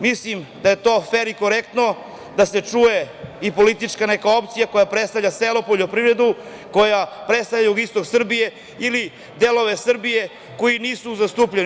Mislim da je to fer i korektno da se čuje i politička neka opcija koja predstavlja celu poljoprivredu, koja predstavlja jugoistok Srbije ili delove Srbije koji nisu zastupljeni.